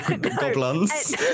goblins